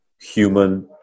human